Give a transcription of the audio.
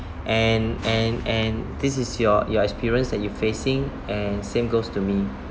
and and and this is your your experience that you facing and same goes to me